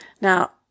Now